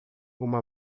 uma